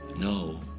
No